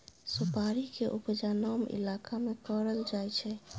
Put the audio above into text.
सुपारी के उपजा नम इलाका में करल जाइ छइ